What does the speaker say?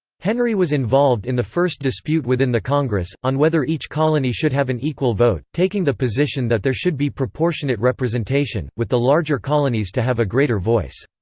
henry was involved in the first dispute within the congress, on whether each colony should have an equal vote, taking the position that there should be proportionate representation, with the larger colonies to have a greater voice.